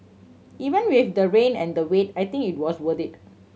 even with the rain and the wait I think it was worth it